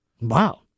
Wow